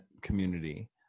community